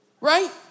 right